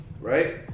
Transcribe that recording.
Right